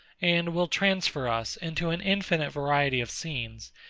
and will transfer us into an infinite variety of scenes,